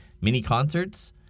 mini-concerts